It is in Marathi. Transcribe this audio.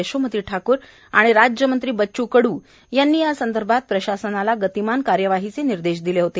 यशोमती ठाकर आणि राज्यमंत्री बच्च् कड् यांनी यासंदर्भात प्रशासनाला गतिमान कार्यवाहीचे निर्देश दिले होते